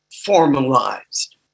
formalized